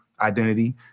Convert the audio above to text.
identity